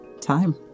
time